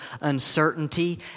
uncertainty